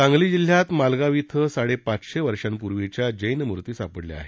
सांगली जिल्ह्यात मालगाव इथं साडेपाचशे वर्षांपूर्वीच्या जन्म्रितीं सापडल्या आहेत